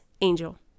Angel